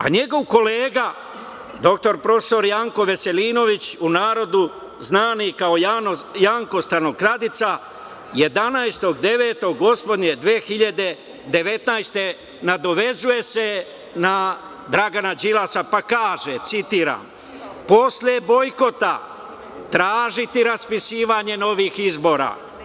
Njegov kolega, prof. dr Janko Veselinović, u narodnu znani kao Janko stanokradica, 11. septembra, gospodnje 2019. godine nadovezuje se na Dragana Đilasa, pa kaže, citiram: "Posle bojkota tražiti raspisivanje novih izbora.